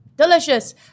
Delicious